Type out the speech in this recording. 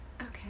Okay